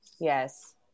Yes